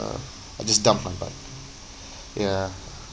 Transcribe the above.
uh just dump lah but ya